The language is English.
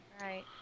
Right